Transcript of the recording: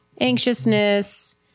anxiousness